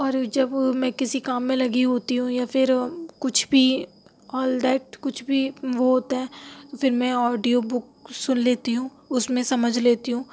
اور جب میں کسی کام میں لگی ہوتی ہوں یا پھر کچھ بھی آل دیٹ کچھ بھی وہ ہوتا ہے پھر میں آڈیو بک سُن لیتی ہوں اُس میں سمجھ لیتی ہوں